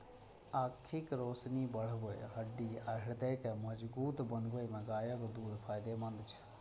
आंखिक रोशनी बढ़बै, हड्डी आ हृदय के मजगूत बनबै मे गायक दूध फायदेमंद छै